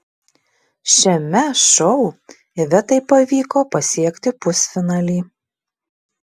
šiame šou ivetai pavyko pasiekti pusfinalį